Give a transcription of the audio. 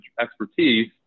expertise